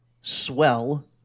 Swell